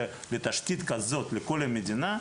שבתשתית כזאת לכל המדינה,